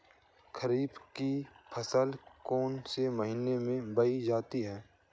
खरीफ की फसल कौन से महीने में बोई जाती है?